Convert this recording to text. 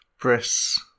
Briss